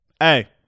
hey